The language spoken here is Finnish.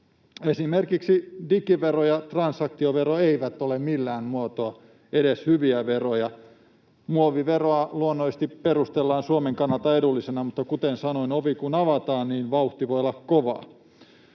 Esimerkiksi digivero ja transaktiovero eivät ole millään muotoa edes hyviä veroja. Muoviveroa luonnollisesti perustellaan Suomen kannalta edullisena, mutta kuten sanoin, ovi kun avataan, niin vauhti voi olla kovaa.